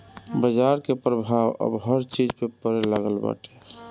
बाजार के प्रभाव अब हर चीज पे पड़े लागल बाटे